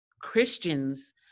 Christians